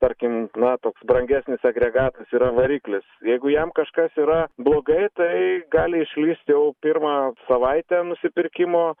tarkim na toks brangesnis agregatas yra variklis jeigu jam kažkas yra blogai tai gali išlįsti jau pirmą savaitę nusipirkimo